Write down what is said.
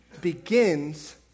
begins